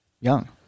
young